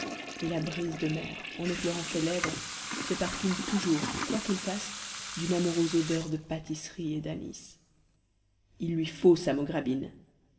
et la brise de mer en effleurant ses lèvres se parfume toujours quoi qu'il fasse dune amoureuse odeur de pâtisserie et d'anis il lui faut sa